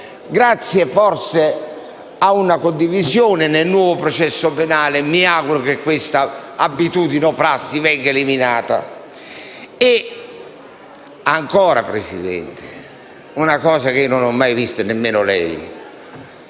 grazie forse a una condivisione nel nuovo processo penale, mi auguro che questa abitudine o prassi venga eliminata), tutti incriminati - cosa che non ho mai visto e nemmeno lei,